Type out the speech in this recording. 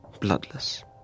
bloodless